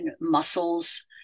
muscles